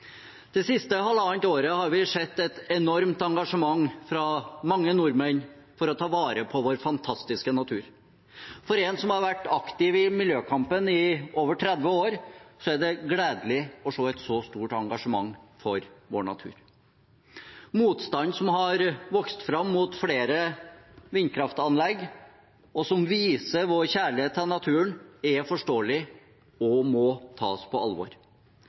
Det siste halvannet året har vi sett et enormt engasjement fra mange nordmenn for å ta vare på vår fantastiske natur. For en som har vært aktiv i miljøkampen i over 30 år, er det gledelig å se et så stort engasjement for vår natur. Motstanden som har vokst fram mot flere vindkraftanlegg, og som viser vår kjærlighet til naturen, er forståelig og må tas på alvor.